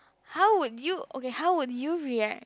how would you okay how would you react